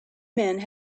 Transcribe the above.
men